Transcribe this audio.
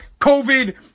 COVID